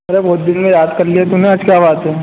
अरे बहुत दिन में याद कर लिए थे मैं आज क्या बात है